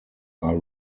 are